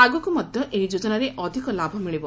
ଆଗକୁ ମଧ୍ୟ ଏହି ଯୋଜନାରେ ଅଧିକ ଲାଭ ମିଳିବ